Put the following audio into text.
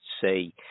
say